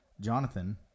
jonathan